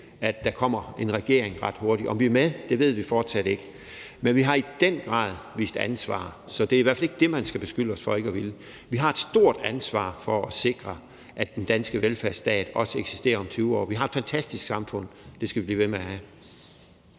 at der kommer en regering ret hurtigt. Om vi er med, ved vi fortsat ikke. Men vi har i den grad vist ansvar, så det er i hvert fald ikke det, man skal beskylde os for ikke at ville. Vi har et stort ansvar for at sikre, at den danske velfærdsstat også eksisterer om 20 år. Vi har et fantastisk samfund; det skal vi blive ved med at have.